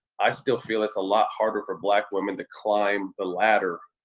i still feel it's a lot harder for black women to climb the ladder,